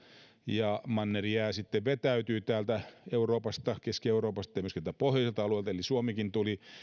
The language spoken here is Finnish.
ja mannerjää sitten vetäytyi täältä euroopasta keski euroopasta ja myöskin täältä pohjoiselta alueelta eli suomikin tuli